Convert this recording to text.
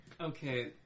Okay